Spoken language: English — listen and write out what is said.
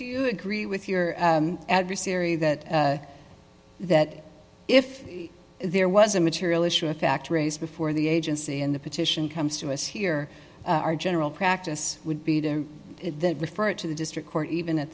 do you agree with your adversary that that if there was a material issue of fact raised before the agency in the petition comes to us here our general practice would be to refer it to the district court even at